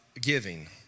giving